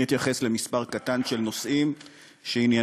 אני אתייחס למספר קטן של נושאים שעניינם,